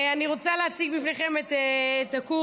אני רוצה להציג בפניכם את הקורס,